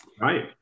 Right